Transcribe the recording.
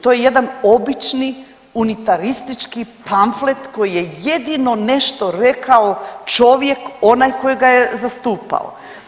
To je jedan obični unitaristički pamflet koji je jedino nešto rekao čovjek onaj koji ga je zastupao.